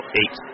eight